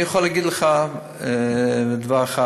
אני יכול להגיד לך דבר אחד.